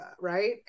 right